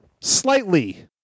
slightly